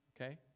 okay